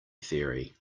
theory